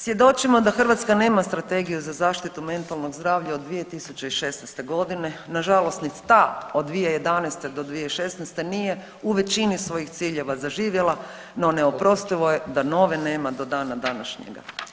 Svjedočimo da Hrvatska nema strategiju za zaštitu mentalnog zdravlja od 2016.g., nažalost ni stav od 2011. do 2016. nije u većini svojih ciljeva zaživjela, no neoprostivo je da nove nema do dana današnjega.